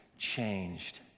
Changed